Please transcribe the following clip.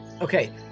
Okay